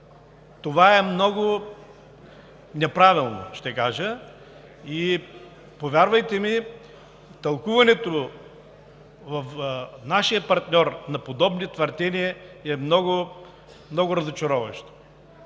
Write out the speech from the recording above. Това е много неправилно и ще кажа: повярвайте ми, тълкуването от нашия партньор на подобни твърдения е много разочароващо.